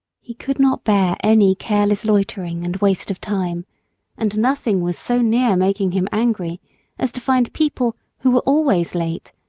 he could not bear any careless loitering and waste of time and nothing was so near making him angry as to find people, who were always late,